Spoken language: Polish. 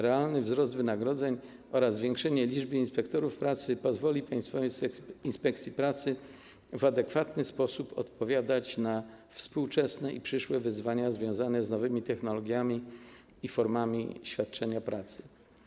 Realny wzrost wynagrodzeń oraz zwiększenie liczby inspektorów pracy pozwoli Państwowej Inspekcji Pracy w adekwatny sposób odpowiadać na współczesne i przyszłe wyzwania związane z nowymi technologiami i formami świadczenia pracy.